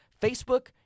Facebook